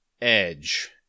Edge